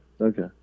Okay